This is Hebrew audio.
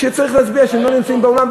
כשצריך להצביע כשהם לא נמצאים באולם,